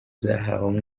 zahawe